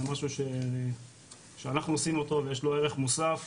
משהו שאנחנו עשינו אותו ויש לו ערך מוסף.